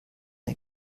der